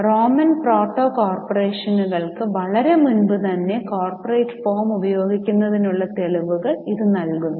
Roman proto കോർപ്പറേഷനുകൾക്ക് വളരെ മുമ്പുതന്നെ കോർപ്പറേറ്റ് ഫോം ഉപയോഗിക്കുന്നതിനുള്ള തെളിവുകൾ ഇത് നൽകുന്നു